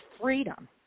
freedom